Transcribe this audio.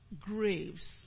graves